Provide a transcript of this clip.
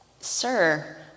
Sir